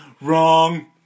wrong